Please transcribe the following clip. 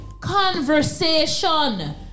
conversation